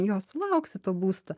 jo sulauksi to būsto